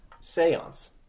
Seance